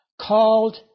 called